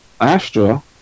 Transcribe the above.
Astra